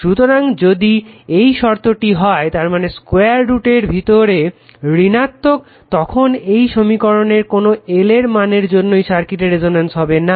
সুতরাং যদি এই শর্তটি হয় তার মানে স্কোয়ার রুটের ভিতরে ঋণাত্মক তখন এই সমীকরণের কোনো L এর মানের জন্যই সার্কিটে রেসনেন্স হবে না